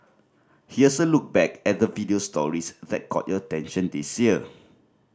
here's a look back at the video stories that caught your attention this year